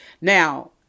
Now